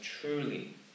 truly